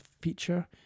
feature